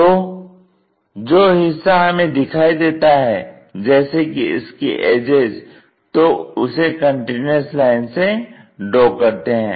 तो जो हिस्सा हमें दिखाई देता है जैसे कि इसकी एजेज तो उसे कंटीन्यूअस लाइन से ड्रॉ करते हैं